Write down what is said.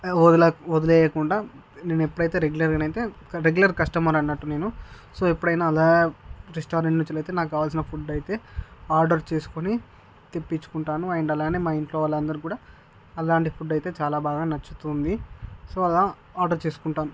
వదలకు వదిలి వేయకుండా నేనేప్పుదు అయితే తే రెగ్యులర్గా అయితే రెగ్యులర్ కస్టమర్ అన్నట్టు నేను సో ఎప్పుడైనా అలా రెస్టారెంట్ నుంచి అయితే నాకు కావాల్సిన ఫుడ్ అయితే ఆర్డర్ చేసుకుని తెపించుకుంటాను అండ్ అలానే మా ఇంట్లో వాళ్ళందరు కూడా అలాంటి ఫుడ్ అయితే చాలా బాగా నచ్చుతుంది సో అలా ఆర్డర్ చేసుకుంటాను